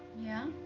yeah?